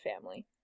family